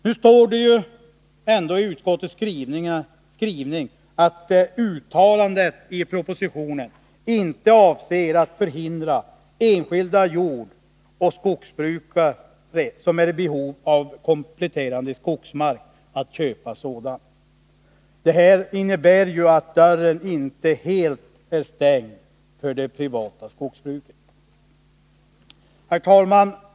Nu står det ändå i utskottets skrivning att uttalandet i propositionen inte avser att förhindra enskilda jordoch skogsbrukare som är i behov av kompletterande skogsmark att köpa sådan. Detta innebär ju att dörren inte är helt stängd för det privata skogsbruket. Herr talman!